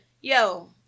yo